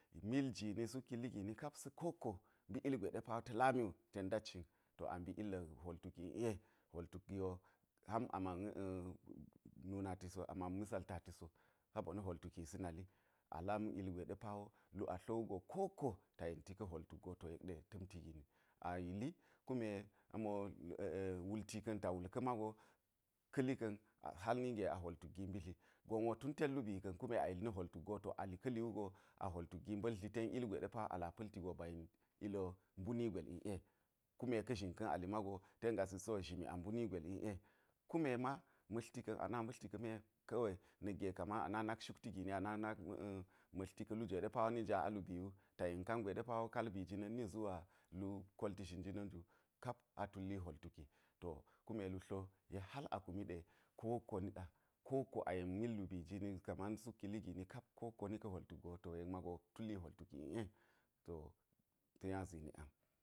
Mil jini suk kili jini si ko wokko mbi ilgwe ɗe ta̱ lami wu ten ndat to a mbi illa hwol tuki iˈe hwol tuk gi wo hal a man nunati so a man misaltati so sabona hwol tukisi nali a lam ilgwe ɗe pa wo lu a tlo wugo ko wokko ta yenti ka̱ hwol tuk go to yek ɗe ta̱mti gini, a yili kume a̱ wulti ka̱ ta wul ka̱ mago ka̱ li ka̱n hal nige a hwol tuk gi mbi dli gon tun tet lubi ka̱n kume yil tet na̱ hwol go a li ka̱ ki wugo a hwol tuk gi mba̱l dli ten ilgwe ɗe pa a la pa̱lti go ba yen ili wo muni gwel iˈe kume ka̱ zhin ka̱n a li mago ten gasisi wo zhimi a mbuni gwel iˈe, kume ma ma̱tlti ka̱n a na ma̱tlti ka̱ me ka we na̱k ge kaman a na nak shuk gini a nak ma̱tlti ka̱ lu jwe ɗe paw ni nja alubi wu ta yen kangwe ɗe kaal bii jina̱n ni zuwa lu kolti zhin jina̱n ju kap a tulli hwol tuk i to kume lu tlo yek hal a kume ɗe ko wokko niɗa ko wokko a yen mil lubi jini kaman suk kili gini kap wo wkko ni ka̱ hhwol tuk go to yek mago tulli hwol tuk iˈe to ta̱ nya zini ang.